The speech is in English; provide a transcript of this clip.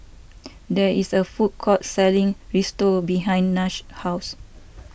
there is a food court selling Risotto behind Nash's house